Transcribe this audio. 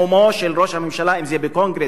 אם בקונגרס או במקומות אחרים,